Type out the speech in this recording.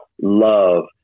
love